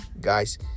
guys